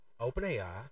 OpenAI